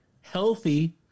healthy